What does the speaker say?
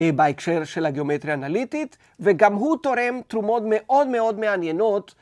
בהקשר של הגיאומטריה האנליטית, וגם הוא תורם תרומות מאוד מאוד מעניינות.